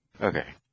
Okay